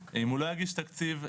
אם הוא לא יגיש תקציב,